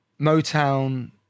Motown